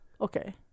Okay